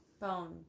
Bone